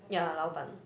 yeah Lao-Ban